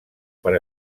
per